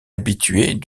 habituée